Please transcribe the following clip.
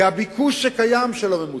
כי הביקוש שקיים לא ממוצה,